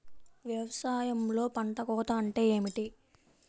వ్యవసాయంలో పంట కోత అంటే ఏమిటి?